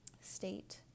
state